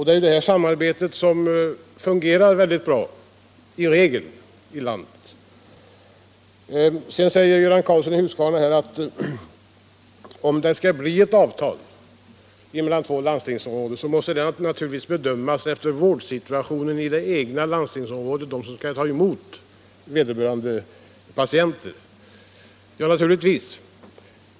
Det är detta samarbete som 1 regel fungerar väldigt bra i landet. Sedan säger herr Göran Karlsson i Huskvarna att om det skall bli ett avtal mellan två landstingsområden så måste det naturligtvis bedömas efter vårdsituationen i det landstingsområde som skall ta emot vederbörande patienter. Ja, naturligtvis.